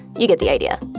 you get the idea.